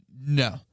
No